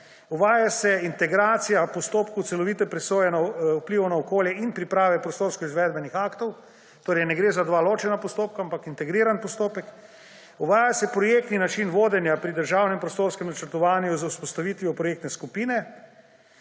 Uvaja se integracija postopka celovite presoje vplivov na okolje in priprave prostorskih izvedbenih aktov, torej ne gre za dva ločena postopka, ampak integriran postopek. Uvaja se projektni način vodenja pri državnem prostorskem načrtovanju z vzpostavitvijo projektne skupine.